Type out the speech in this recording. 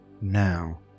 Now